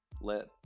Let